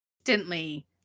instantly